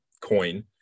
coin